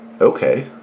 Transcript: Okay